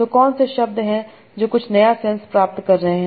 तो कौन से शब्द हैं जो कुछ नया सेंस प्राप्त कर रहे हैं